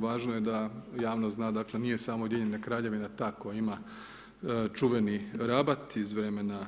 Važno je da javnost zna, dakle, nije samo Ujedinjena Kraljevina ta koja ima čuveni rabat iz vremena